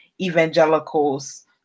evangelicals